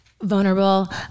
vulnerable